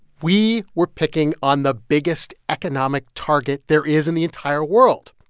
we were picking on the biggest economic target there is in the entire world.